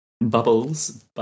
bubbles